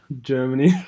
Germany